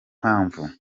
mpamvu